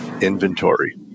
inventory